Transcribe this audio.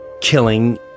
killing